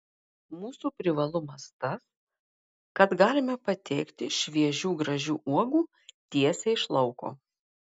mūsų privalumas tas kad galime pateikti šviežių gražių uogų tiesiai iš lauko